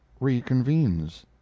reconvenes